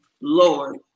Lord